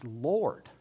Lord